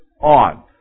on